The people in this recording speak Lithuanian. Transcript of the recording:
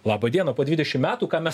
laba diena po dvidešim metų ką mes